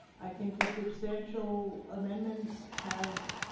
i think the substantial amendments have